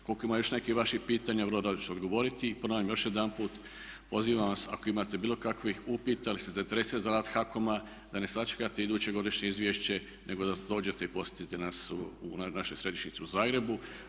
Ukoliko ima još nekih vaših pitanja, vrlo rado ću odgovoriti i ponavljam još jedanput pozivam vas ako imate bilo kakvih upita ili ste zainteresirani za rad HAKOM-a da ne sačekate iduće godišnje izvješće nego da dođete i posjetite nas u našoj središnjici u Zagrebu.